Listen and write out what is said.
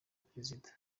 perezida